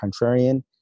contrarian